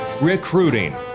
recruiting